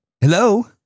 Hello